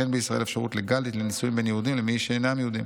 אין בישראל אפשרות לגלית לנישואים בין יהודים למי שאינם יהודים.